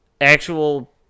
actual